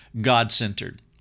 God-centered